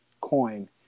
coin